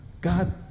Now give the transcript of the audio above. God